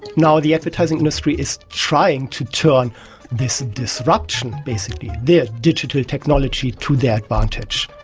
now the advertising industry is trying to turn this disruption, basically their digital technology, to their advantage.